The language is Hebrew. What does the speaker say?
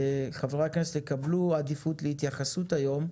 חברי הכנסת יקבלו עדיפות להתייחסות היום,